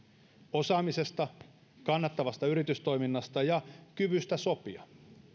osaamisesta kannattavasta yritystoiminnasta ja kyvystä sopia